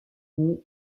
fonds